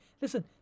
Listen